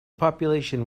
population